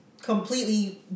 completely